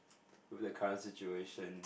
with the current situation